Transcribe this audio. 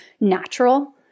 natural